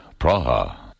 Praha